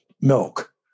milk